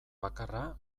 bakarra